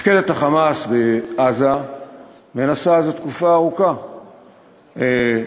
מפקדת ה"חמאס" בעזה מנסה זה תקופה ארוכה להקים,